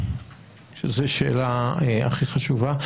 שזו שאלה הכי חשובה,